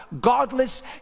godless